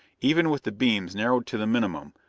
even with the beams narrowed to the minimum,